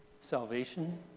Salvation